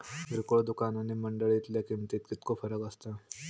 किरकोळ दुकाना आणि मंडळीतल्या किमतीत कितको फरक असता?